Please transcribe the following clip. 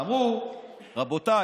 אמרו: רבותיי,